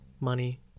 money